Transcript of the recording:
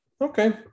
Okay